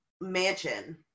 mansion